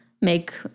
make